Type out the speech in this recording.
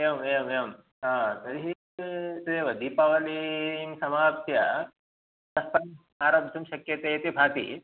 एवमेवम् एवं हा तर्हि तदेव दीपावलिं समाप्य ततः परम् आरब्धुं शक्यते इति भाति